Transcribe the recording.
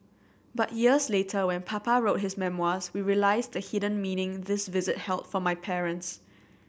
but years later when Papa wrote his memoirs we realised the hidden meaning this visit held for my parents